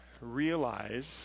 realize